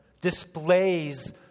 displays